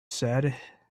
said